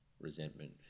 resentment